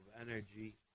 energy